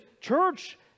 church